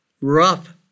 rough